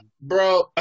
bro